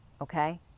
okay